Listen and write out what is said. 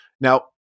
Now